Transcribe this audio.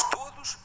todos